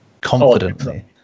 confidently